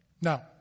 Now